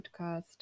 podcast